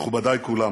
מכובדיי כולם,